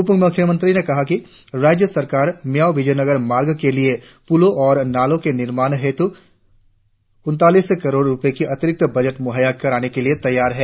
उपमुख्यमंत्री ने कहा कि राज्य सरकार मियाओं विजयनगर मार्ग के लिए पुलों और नालों के निर्माण हेतु उनतालीस करोड़ का अतिरिक्त बजट मुहैया करने के लिए तैयार है